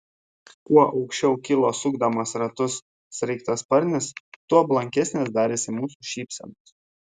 kuo aukščiau kilo sukdamas ratus sraigtasparnis tuo blankesnės darėsi mūsų šypsenos